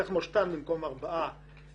תחמושתן במקום ארבעה,